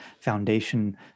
foundation